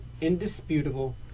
indisputable